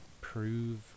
prove